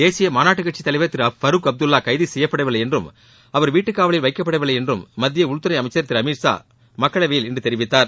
தேசிய மாநாட்டு கட்சித் தலைவர் திரு ஃபருக் அப்துல்லா கைது செய்யப்படவில்லை என்றும் அவர் வீட்டுக் காவலில் வைக்கப்படவில்லை என்றும் மத்திய உள்துறை அமைச்சர் திரு அமீத் ஷா மக்களவையில் இன்று தெரிவித்தார்